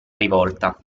rivolta